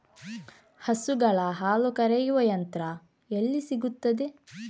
ಹಸುಗಳ ಹಾಲು ಕರೆಯುವ ಯಂತ್ರ ಎಲ್ಲಿ ಸಿಗುತ್ತದೆ?